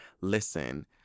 Listen